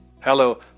hello